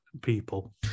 people